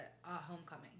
homecoming